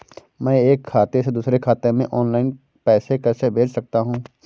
मैं एक खाते से दूसरे खाते में ऑनलाइन पैसे कैसे भेज सकता हूँ?